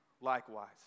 likewise